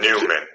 Newman